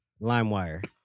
Limewire